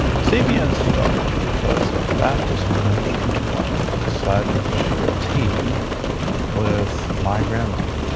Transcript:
cbn started because a baptist minister's wife decided to share tea with my grandmother.